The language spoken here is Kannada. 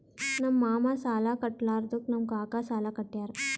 ನಮ್ ಮಾಮಾ ಸಾಲಾ ಕಟ್ಲಾರ್ದುಕ್ ನಮ್ ಕಾಕಾ ಸಾಲಾ ಕಟ್ಯಾರ್